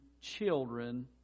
children